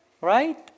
Right